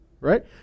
right